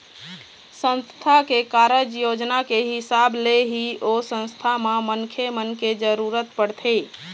संस्था के कारज योजना के हिसाब ले ही ओ संस्था म मनखे मन के जरुरत पड़थे